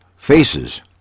faces